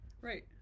Right